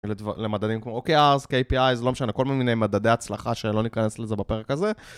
למדדים כמו OKR, KPI, לא משנה, כל מיני מדדי הצלחה שלא ניכנס לזה בפרק הזה.